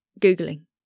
Googling